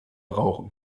rauchen